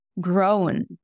grown